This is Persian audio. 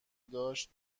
داشت